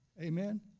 amen